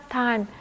time